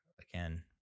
again